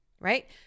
Right